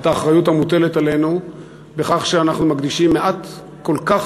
את האחריות המוטלת עלינו בכך שאנחנו מקדישים לו כל כך